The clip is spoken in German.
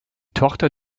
tochter